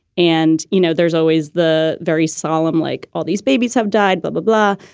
and, you know, there's always the very solemn like all these babies have died, but blah, blah.